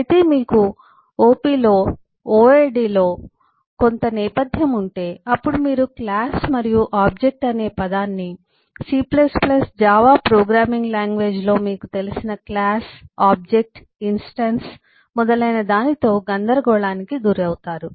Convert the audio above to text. అయితే మీకు OP లో OADObject oriented Analysis Designలో కొంత నేపథ్యం ఉంటే అప్పుడు మీరు క్లాస్ మరియు ఆబ్జెక్ట్ అనే పదాన్ని C Java ప్రోగ్రామింగ్ లాంగ్వేజ్ లో మీకు తెలిసిన క్లాస్ ఆబ్జెక్ట్స్ ఇన్స్టాన్స్ మొదలైన దానితో గందరగోళానికి గురిఅవుతారు